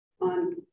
on